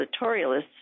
editorialists